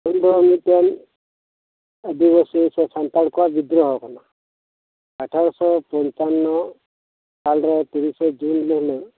ᱦᱩᱞ ᱫᱚ ᱢᱤᱫᱴᱮᱱ ᱟᱹᱫᱤᱵᱟᱹᱥᱤ ᱥᱮ ᱥᱟᱱᱛᱟᱲ ᱠᱚᱣᱟᱜ ᱢᱤᱫᱴᱮᱱ ᱵᱤᱫᱨᱳᱦᱚ ᱠᱟᱱᱟ ᱱᱚᱣᱟ ᱫᱚ ᱟᱴᱷᱮᱨᱚ ᱯᱚᱧᱪᱟᱱᱱᱚ ᱥᱟᱞ ᱨᱮ ᱛᱤᱨᱤᱥᱮ ᱡᱩᱱ ᱦᱤᱞᱳᱜ